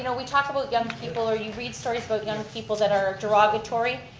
you know we talk about young people, or you read stories about young people that are derogatory,